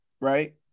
right